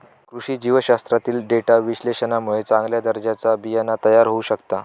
कृषी जीवशास्त्रातील डेटा विश्लेषणामुळे चांगल्या दर्जाचा बियाणा तयार होऊ शकता